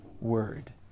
word